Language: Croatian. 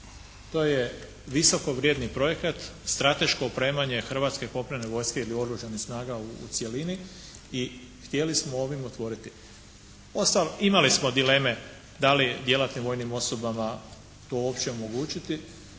To je visoko vrijedni projekat strateško opremanje Hrvatske kopnene vojske ili Oružanih snaga u cjelini i htjeli smo ovim otvoriti. Uostalom imali smo dileme da li djelatnim vojnim osobama to uopće omogućiti.